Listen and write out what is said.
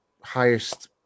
highest